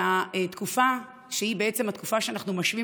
שהתקופה שהיא בעצם התקופה שאנחנו משווים